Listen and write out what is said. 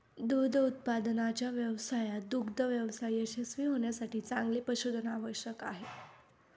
दूध उत्पादनाच्या व्यवसायात दुग्ध व्यवसाय यशस्वी होण्यासाठी चांगले पशुधन आवश्यक आहे